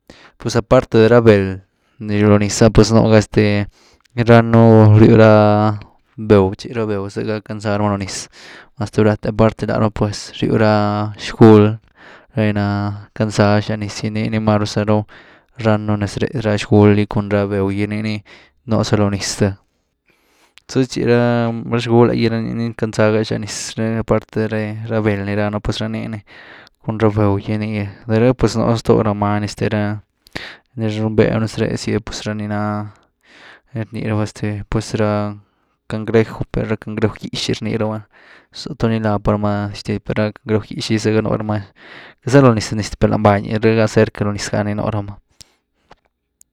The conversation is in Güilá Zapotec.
Pues aparte de rá bel ni ryw lo niz ah pues nú ga este rannu riyw ra béhw chi, ra béhw zëga kandzaa rama lo niz mas tuby rát’e, aparte de lárama pues ryw rá xgúly ra nii ná, kandzáa zhan niz gy, nii ni maru ranzanu ran un nez ree, ra xgúly gy cun ´ra béhw gy nii ni nú za lo niz stë, zë chi, ra-ra zgúly gin ii ni kandzaa gá xan niz, ra aparte ra–ra beld ni ráanu pues rá nii ni cun rá béhw gy ni, de rë’ pues nú stoo ra many este rá nii riwnvee nez reezy ah pues ra ni ná nii rni rabá este pues ra cangrejw per ra cangrejw gý’xy rnii raba, zóh tuny lah pa rama dixtil per ra cangrejw gý’xy gy zëgá nuu rama, queity za lo niz-lo niz dy per lany báñ. rë ga cerc loo niz gá ni nuu rama.